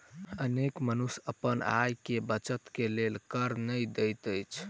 अनेक मनुष्य अपन आय के बचत के लेल कर नै दैत अछि